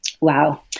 wow